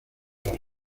las